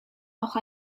auch